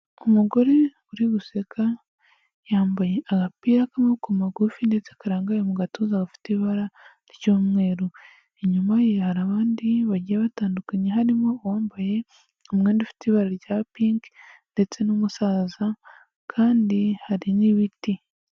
Umugore uri guseka, yambaye agapira k'amaboko magufi ndetse karangaye mu gatuza gafite ibara ry'umweru. Inyuma ye hari abandi bagiye batandukanye, harimo uwambaye umwenda ufite ibara rya pinki ndetse n'umusaza kandi hari n'ibiti.